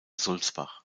sulzbach